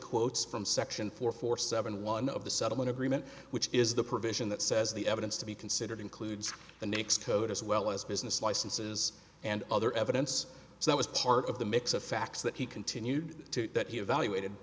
quotes from section four four seven one of the settlement agreement which is the provision that says the evidence to be considered includes the next code as well as business licenses and other evidence so that was part of the mix of facts that he continued to that